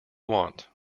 want